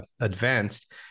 advanced